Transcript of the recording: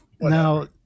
now